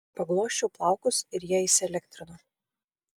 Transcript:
paglosčiau plaukus ir jie įsielektrino